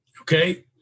Okay